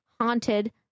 haunted